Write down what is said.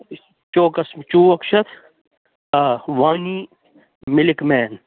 چوکَس چوک چھُ یَتھ آ وانی مِلِک مین